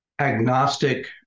agnostic